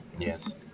yes